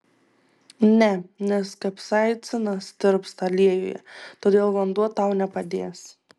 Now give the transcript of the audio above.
ne nes kapsaicinas tirpsta aliejuje todėl vanduo tau nepadės